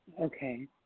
Okay